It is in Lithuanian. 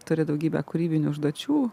turi daugybę kūrybinių užduočių